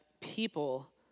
people